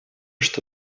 что